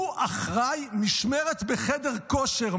הוא אחראי משמרת בחדר כושר.